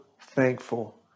thankful